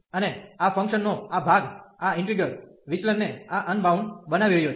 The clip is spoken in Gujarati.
અને આ ફંક્શન નો આ ભાગ આ ઈન્ટિગ્રલ વિચલન ને આ અનબાઉન્ડ બનાવી રહ્યો છે